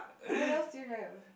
what else do you have